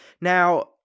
Now